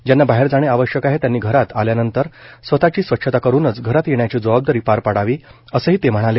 ज्यांना बाहेर जाणे आवश्यक आहे त्यांनी घरात आल्यानंतर स्वताची स्वच्छता करूनच घरात येण्याची जबाबदारी पार पाडावी असंही ते म्हणाले